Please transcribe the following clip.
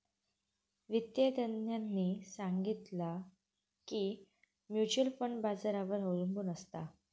वित्तिय तज्ञांनी सांगितला की म्युच्युअल फंड बाजारावर अबलंबून असता